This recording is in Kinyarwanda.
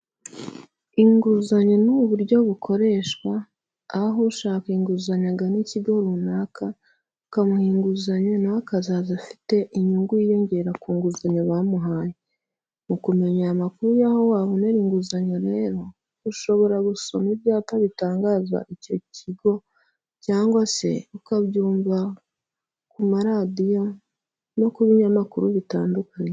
Inguzanyo ni uburyo bukoreshwa, aho ushaka inguzanyo, agana ikigo runaka, bakamuha inguzanyo, nawe akazaza afite inyungu, yiyongera ku nguzanyo bamuhaye, mu kumenya amakuru y'aho wabonera inguzanyo rero, ushobora gusoma ibyapa bitangaza icyo kigo, cyangwa se ukabyumva ku ma radiyo, no ku binyamakuru bitandukanye.